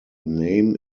name